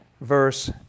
verse